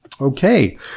Okay